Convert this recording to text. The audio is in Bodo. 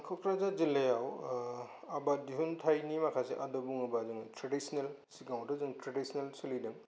क'क्राझार जिल्लायाव आबाद दिहुनथाइनि माखासे आदब बुङोब्ला जोङो ट्रेडिसनेल सिगाङावथ' जों ट्रेडिसनेल सोलिदों